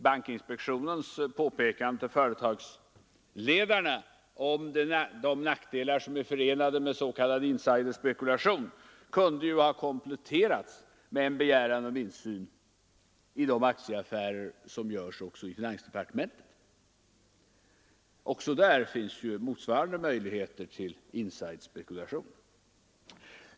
Bankinspektionens påpekande till företagsledarna om de nackdelar som är förenade med s.k. insidespekulation kunde ju ha kompletterats med en begäran om insyn i de aktieaffärer som görs även i finansdepartementet. Också där finns ju motsvarande möjligheter till insidespekulation.